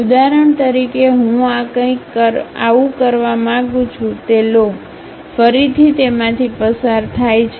ઉદાહરણ તરીકે હું આ કંઈક આવું કરવા માંગુ છું તે લો ફરીથી તેમાંથી પસાર થાય છે